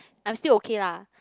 I'm still okay lah